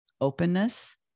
Openness